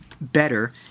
better